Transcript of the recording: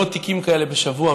ומאות תיקים כאלה בשבוע,